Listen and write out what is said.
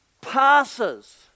passes